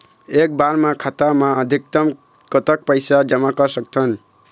एक बार मा खाता मा अधिकतम कतक पैसा जमा कर सकथन?